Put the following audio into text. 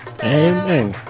Amen